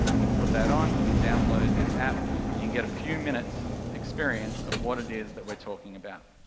you can put that on, you can download this app, and you can get a few minutes experience of what it is that we're talking about.